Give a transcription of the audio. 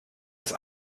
ist